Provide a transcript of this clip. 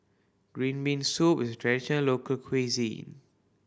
green bean soup is traditional local cuisine